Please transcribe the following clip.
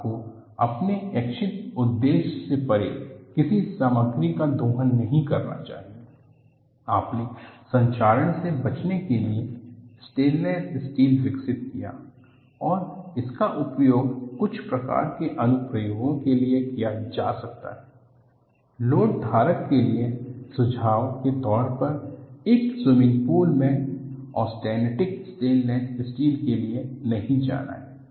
आपको अपने इच्छित उद्देश्य से परे किसी सामग्री का दोहन नहीं करना चाहिए आपने संक्षारण से बचाव के लिए स्टेनलेस स्टील विकसित किया है इसका उपयोग कुछ प्रकार के अनुप्रयोगों के लिए किया जा सकता है लोड धारक के लिए सुझाव के तौर पर एक स्विमिंग पूल में ऑस्टेनिटिक स्टेनलेस स्टील के लिए नहीं जाना है